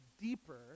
deeper